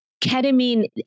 ketamine